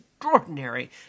Extraordinary